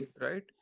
right